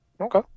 Okay